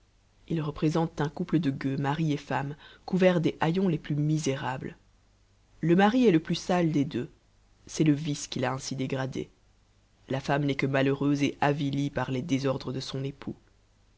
ils représentent un couple de gueux mari et femme couverts des haillons les plus misérables le mari est le plus sale des deux c'est le vice qui l'a ainsi dégradé la femme n'est que malheureuse et avilie par les désordres de son époux